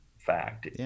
fact